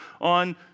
on